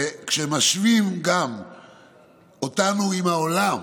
וגם כשמשווים אותנו עם העולם,